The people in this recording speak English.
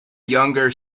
younger